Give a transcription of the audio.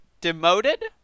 demoted